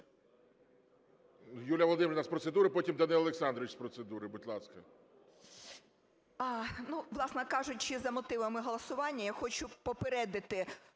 Юлія Володимирівна з процедури, потім Данило Олександрович з процедури, будь ласка. 13:13:21 ТИМОШЕНКО Ю.В. Власне кажучи, за мотивами голосування, я хочу попередити